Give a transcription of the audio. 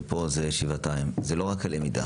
ופה זה שבעתיים זה לא רק הלמידה,